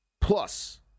Plus